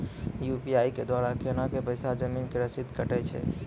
UPI के द्वारा केना कऽ पैसा जमीन के रसीद कटैय छै?